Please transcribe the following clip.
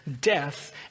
death